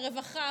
הרווחה,